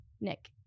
nick